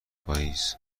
پاییز